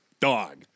dog